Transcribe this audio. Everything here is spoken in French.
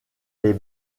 les